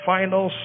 Final